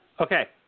Okay